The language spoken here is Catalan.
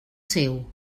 seu